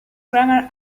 grammar